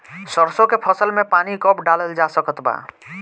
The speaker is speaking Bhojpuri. सरसों के फसल में पानी कब डालल जा सकत बा?